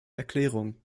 erklärung